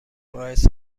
باعث